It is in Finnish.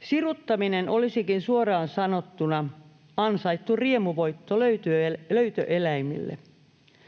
Siruttaminen olisikin suoraan sanottuna ansaittu riemuvoitto löytöeläimille.